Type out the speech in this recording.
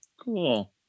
Cool